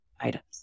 items